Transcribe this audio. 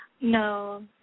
No